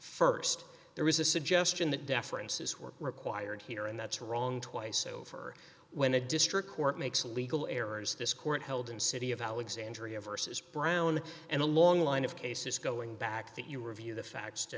out st there is a suggestion that deference is required here and that's wrong twice over when a district court makes legal errors this court held in city of alexandria versus brown and a long line of cases going back that you review the facts to